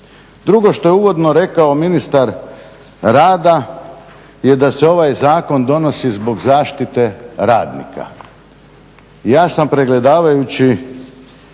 Drugo što je uvodno rekao ministar rada je da se ovaj zakon donosi zbog zaštite radnika. Ja sam pregledavajući